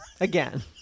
again